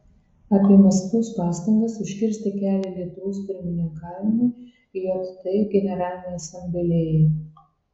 apie maskvos pastangas užkirsti kelią lietuvos pirmininkavimui jt generalinei asamblėjai